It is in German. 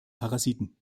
parasiten